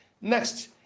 Next